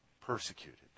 persecuted